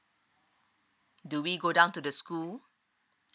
do we go down to the school